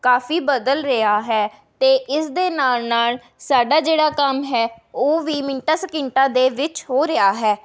ਕਾਫੀ ਬਦਲ ਰਿਹਾ ਹੈ ਅਤੇ ਇਸ ਦੇ ਨਾਲ ਨਾਲ ਸਾਡਾ ਜਿਹੜਾ ਕੰਮ ਹੈ ਉਹ ਵੀ ਮਿੰਟਾਂ ਸਕਿੰਟਾ ਦੇ ਵਿੱਚ ਹੋ ਰਿਹਾ ਹੈ